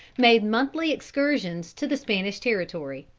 made monthly excursions to the spanish territory.